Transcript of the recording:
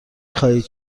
خواهید